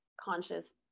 conscious